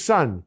Son